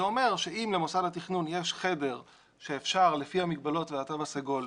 זה אומר שאם למוסד התכנון יש חדר שאפשר לפי המגבלות והתו הסגול,